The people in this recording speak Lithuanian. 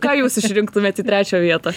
ką jūs išrinktumėt į trečią vietą